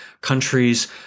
countries